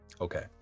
okay